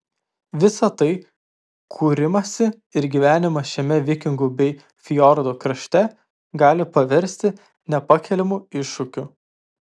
visa tai kūrimąsi ir gyvenimą šiame vikingų bei fjordų krašte gali paversti nepakeliamu iššūkiu